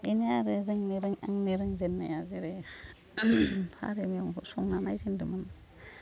बेनो आरो जोंनि रों आंनि रोंजेन्नाया जेरै खारै मैगं संना नायजेनदोंमोन